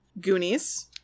Goonies